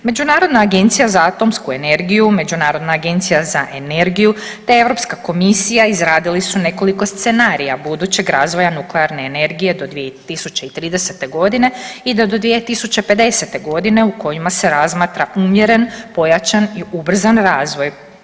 Međunarodna agencija za atomsku energiju, Međunarodna agencija za energiju, te Europska komisija izradili su nekoliko scenarija budućeg razvoja nuklearne energije do 2030. godine i do 2050. godine u kojima se razmatra umjeren, pojačan i ubrzan razvoj.